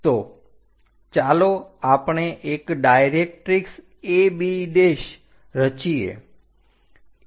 તો ચાલો આપણે એક ડાયરેક્ટરીક્ષ AB રચીએ